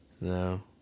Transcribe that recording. No